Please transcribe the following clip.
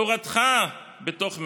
"תורתך בתוך מעיי".